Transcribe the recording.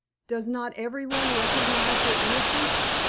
does not everyone recognise your innocence,